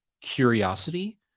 curiosity